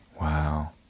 Wow